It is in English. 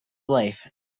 life